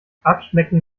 abschmecken